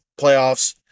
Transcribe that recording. playoffs